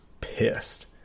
pissed